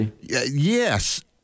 Yes